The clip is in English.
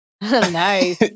Nice